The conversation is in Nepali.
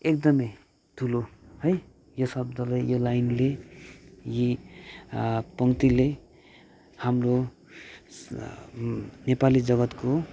एकदमै ठुलो है यो शब्दले यो लाइनले यी पङ्क्तिले हाम्रो नेपाली जगत्को